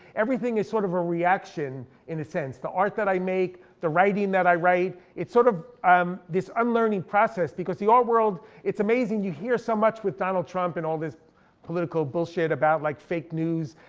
everything is sort of a reaction, in a sense. the art that i make, the writing that i write, it's sort of um this unlearning process. because the art world, it's amazing, you hear so much with donald trump and all this bullshit about like fake news.